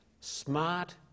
smart